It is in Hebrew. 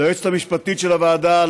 ליועצת המשפטית של הוועדה,